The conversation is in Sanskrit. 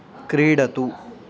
क्रीडतु